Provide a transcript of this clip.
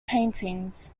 paintings